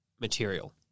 material